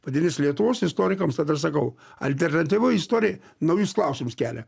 vadinas lietuvos istorikams tada ir sakau alternatyvioji istorija naujus klausimus kelia